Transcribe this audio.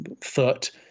foot